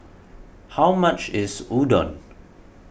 how much is Udon